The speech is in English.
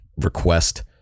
request